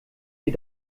sie